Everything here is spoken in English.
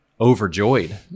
overjoyed